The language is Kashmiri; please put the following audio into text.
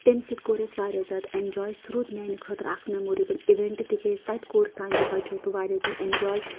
تَمہِ سۭتۍ کوٚر اَسہِ واریاہ زیادٕ اینجاے سُہ روٗد میانہِ خٲطرٕ اکھ میموریبٕل اِوینٛٹ تِکیازِ تَتہِ کوٚر سانیو بَچو تہِ واریاہ زیادٕ اینجاے